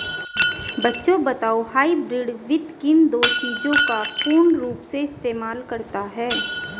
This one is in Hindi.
बच्चों बताओ हाइब्रिड वित्त किन दो चीजों का पूर्ण रूप से इस्तेमाल करता है?